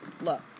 Look